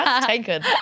taken